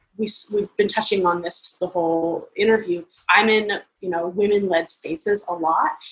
we've so we've been touching on this the whole interview. i'm in you know women led spaces a lot,